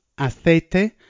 aceite